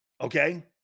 Okay